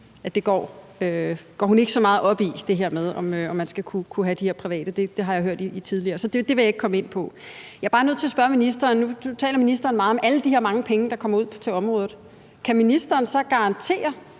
at det går hun ikke så meget op i, altså det her med, om man skal kunne have de her private ejerformer. Det har jeg hørt tidligere, så det vil jeg ikke komme ind på. Jeg er bare nødt til at spørge ministeren, nu ministeren taler meget om alle de her mange penge, der kommer ud til området, om ministeren kan garantere,